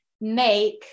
make